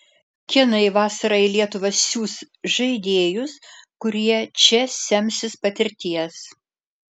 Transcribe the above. kinai vasarą į lietuvą siųs žaidėjus kurie čia semsis patirties